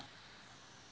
<S<